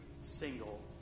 single